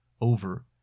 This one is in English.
over